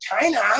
China